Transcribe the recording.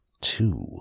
two